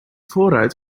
voorruit